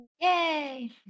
Yay